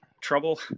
trouble